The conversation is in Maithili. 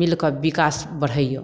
मिलि कए विकास बढ़इयौ